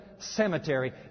Cemetery